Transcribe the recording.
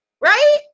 Right